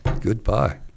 Goodbye